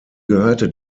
gehörte